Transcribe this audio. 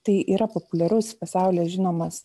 tai yra populiarus pasaulyje žinomas